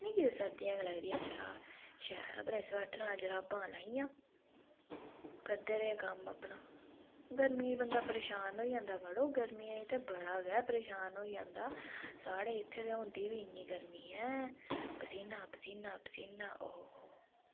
मिगी ते सर्दियां गै लगदियां जरा शैल अपना स्वैटरां जराबां लाइयां करदे रेह् कम्म अपना गर्मियें च बंदा परेशान होई जंदा मढ़ो गर्मियें च ते बड़ा गै परेशान होई जंदा साढ़ै इत्थैं ते होंदी बी इन्नी गर्मी ऐ पसीना पसीना पसीना पसीना ओ हो हो